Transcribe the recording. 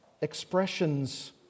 expressions